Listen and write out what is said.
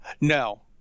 No